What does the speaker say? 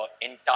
entire